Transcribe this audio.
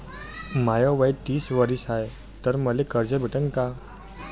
माय वय तीस वरीस हाय तर मले कर्ज भेटन का?